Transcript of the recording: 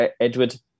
Edward